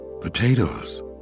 potatoes